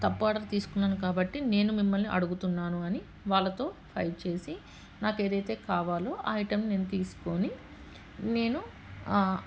తప్పు ఆర్డర్ తీసుకున్నాను కాబట్టి నేను మిమ్మల్ని అడుగుతున్నాను అని వాళ్ళతో ఫైట్ చేసి నాకు ఏదైతే కావాలో ఆ ఐటమ్ నేను తీసుకొని నేను